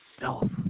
self